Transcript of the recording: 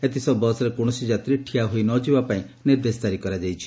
ଏଥିସହ ବସ୍ରେ କୌଣସି ଯାତ୍ରୀ ଠିଆ ହୋଇ ନ ଯିବା ପାଇଁ ନିର୍ଦ୍ଦେଶ ଜାରି କରାଯାଇଛି